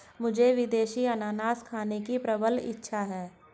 मुझे विदेशी अनन्नास खाने की प्रबल इच्छा है